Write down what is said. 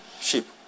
sheep